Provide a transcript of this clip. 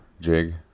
jig